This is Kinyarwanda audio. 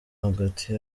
hagati